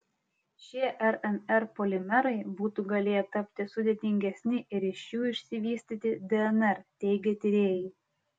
šie rnr polimerai būtų galėję tapti sudėtingesni ir iš jų išsivystyti dnr teigia tyrėjai